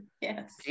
Yes